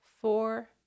four